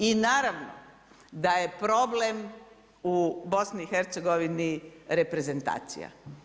I naravno, da je problem u BIH, reprezentacija.